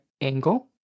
angle